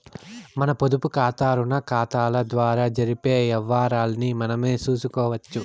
మన పొదుపుకాతా, రుణాకతాల ద్వారా జరిపే యవ్వారాల్ని మనమే సూసుకోవచ్చు